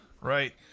Right